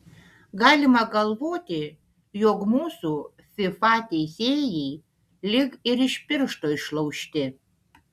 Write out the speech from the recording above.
galima galvoti jog mūsų fifa teisėjai lyg ir iš piršto išlaužti